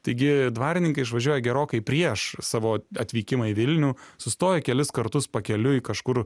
taigi dvarininkai išvažiuoja gerokai prieš savo atvykimą į vilnių sustoja kelis kartus pakeliui kažkur